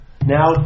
Now